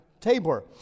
Tabor